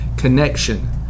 Connection